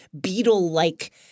beetle-like